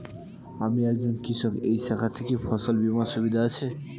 আমি একজন কৃষক এই শাখাতে কি ফসল বীমার সুবিধা আছে?